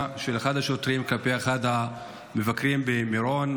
של אחד השוטרים כלפי אחד המבקרים במירון,